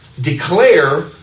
declare